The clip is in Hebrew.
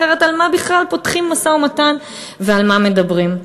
אחרת על מה בכלל פותחים משא-ומתן ועל מה מדברים.